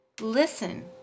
Listen